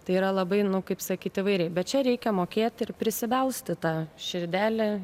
tai yra labai nu kaip sakyt įvairiai bet čia reikia mokėti ir prisibelst į tą širdelę